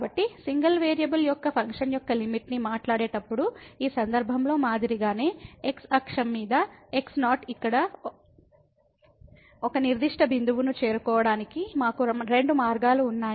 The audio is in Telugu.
కాబట్టి సింగిల్ వేరియబుల్ యొక్క ఫంక్షన్ యొక్క లిమిట్ ని మాట్లాడేటప్పుడు ఈ సందర్భంలో మాదిరిగానే x అక్షం మీద x0 ఇక్కడ ఒక నిర్దిష్ట బిందువును చేరుకోవడానికి మాకు రెండు మార్గాలు ఉన్నాయి